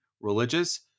religious